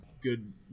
good